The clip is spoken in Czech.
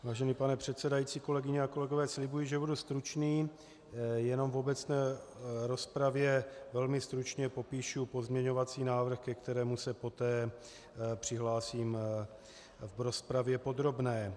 Vážený pane předsedající, kolegyně a kolegové, slibuji, že budu stručný, jenom v obecné rozpravě velmi stručně popíšu pozměňovací návrh, ke kterému se poté přihlásím v rozpravě podrobné.